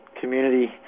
community